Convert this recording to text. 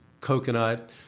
coconut